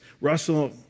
Russell